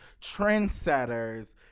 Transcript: trendsetters